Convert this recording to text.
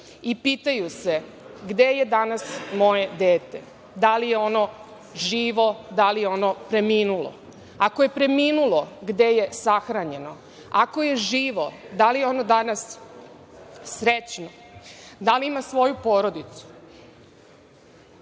i pitaju se – gde je danas moje dete? Da li je ono živo, da li je ono preminulo? Ako je preminulo, gde je sahranjeno? Ako je živo, da li je ono danas srećno, da li ima svoju porodicu?